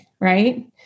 right